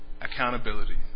accountability